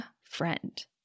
friend